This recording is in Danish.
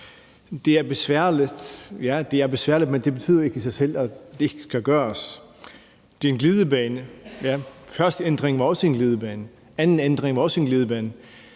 Det er besværligt, ja, men det betyder ikke i sig selv, at det ikke kan gøres. Det er en glidebane, ja, men den første ændring var også en glidebane, og den anden ændring var også en glidebane.